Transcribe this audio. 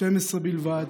12 בלבד,